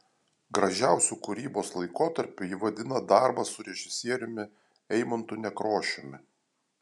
gražiausiu kūrybos laikotarpiu ji vadina darbą su režisieriumi eimuntu nekrošiumi